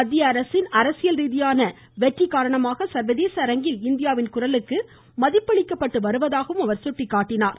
மத்திய அரசின் அரசியல் ரீதியான வெற்றிகாரணமாக சர்வதேச அரங்கில் இந்தியாவின் குரலுக்கு மதிப்பளிக்கப்பட்டு வருவதாக சுட்டிக்காட்டினார்